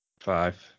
Five